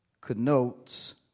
connotes